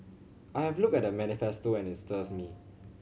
I have looked at the manifesto and it stirs me